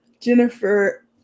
Jennifer